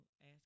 ask